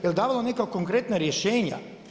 Je li davalo neka konkretna rješenja?